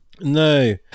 No